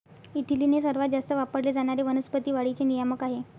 ethylene हे सर्वात जास्त वापरले जाणारे वनस्पती वाढीचे नियामक आहे